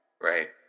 right